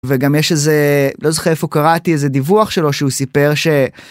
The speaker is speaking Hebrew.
וגם יש איזה, לא זוכר איפה קראתי איזה דיווח שלו שהוא סיפר ש...